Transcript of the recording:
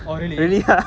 oh really